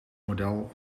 model